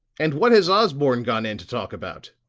and what has osborne gone in to talk about?